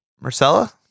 Marcella